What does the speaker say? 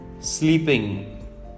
sleeping